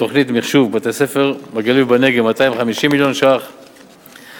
תוכנית מחשוב בתי-ספר בגליל ובנגב ב-250 מיליון שקלים.